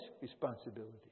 responsibility